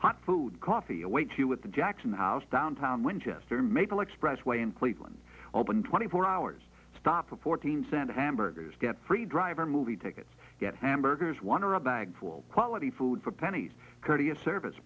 hot food coffee awaits you with the jackson house downtown winchester maple expressway in cleveland open twenty four hours stop for fourteen cent hamburgers get free driver movie tickets get hamburgers one are a bag for quality food for pennies courteous service